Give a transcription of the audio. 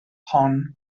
hon